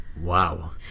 Wow